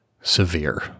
severe